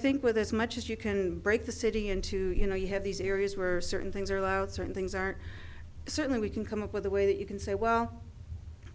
think with as much as you can break the city into you know you have these areas were certain things are allowed certain things are certain we can come up with a way that you can say well